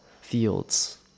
fields